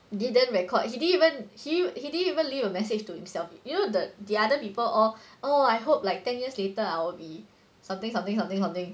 didn't record he didn't even he he didn't even leave a message to himself you know the the other people all oh I hope like ten years later I'll be something something something something